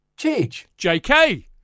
JK